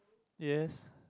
yes